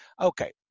Okay